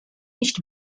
nicht